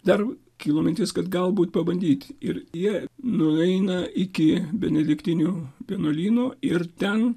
dar kilo mintis kad galbūt pabandyti ir jie nueina iki benediktinių vienuolyno ir ten